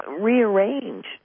rearrange